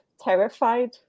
terrified